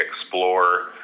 explore